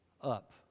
up